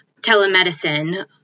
telemedicine